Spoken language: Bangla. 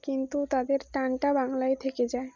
কিন্তু তাদের টানটা বাংলাই থেকে যায়